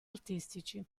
artistici